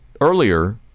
Earlier